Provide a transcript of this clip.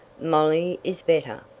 molly is better!